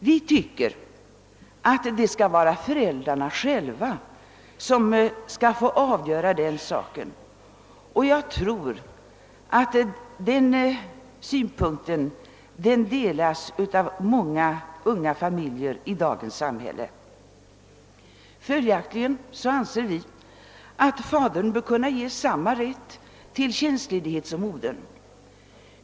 Vi tycker att det är föräldrarna själva som skall få avgöra den saken, och jag tror att den synpunkten delas av många unga familjer i dagens samhälle. Följaktligen anser vi, att åt fadern bör ges enahanda rätt till tjänstledighet som åt modern.